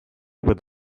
with